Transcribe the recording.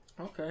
Okay